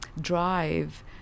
drive